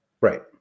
Right